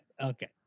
okay